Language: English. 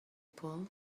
pull